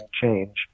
change